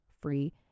free